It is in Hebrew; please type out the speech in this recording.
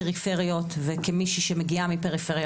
כמישהי שמגיעה מפריפריה,